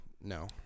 No